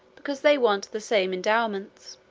because they want the same endowments.